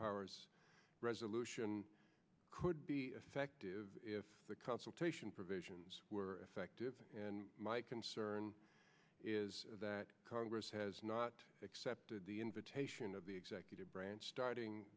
powers resolution could be effective if the consultation provisions were affective and my concern is that congress has not accepted the invitation of the executive branch starting